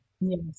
Yes